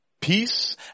Peace